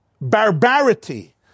barbarity